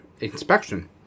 inspection